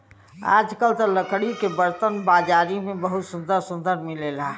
आजकल त लकड़ी के बरतन बाजारी में बहुते सुंदर सुंदर मिलेला